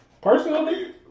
Personally